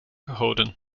houden